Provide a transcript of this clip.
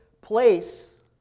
place